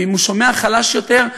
ואם הוא שומע חלש יותר,